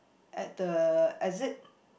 at the exit